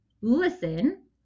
Listen